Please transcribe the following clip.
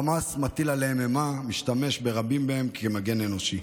חמאס מטיל עליהם אימה ומשתמש ברבים מהם כמגן אנושי.